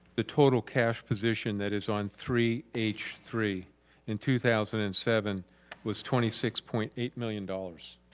the total cash position that is on three h three in two thousand and seven was twenty six point eight million dollars,